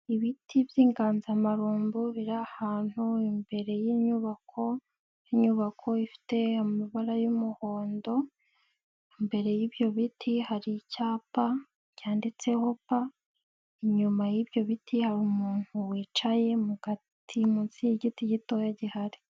Ibiti by'inganzamarumbu biri ahantu imbere y'inyubako, inyubako ifite amabara y'umuhondo imbere y'ibyo biti hari icyapa cyanditseho pa, inyuma y'ibyo biti hari umuntu wicaye mu gati munsi y'igiti gitoya gihari.